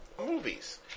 movies